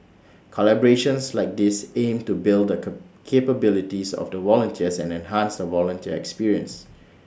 collaborations like these aim to build the capabilities of the volunteers and enhance the volunteer experience